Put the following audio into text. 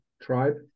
tribe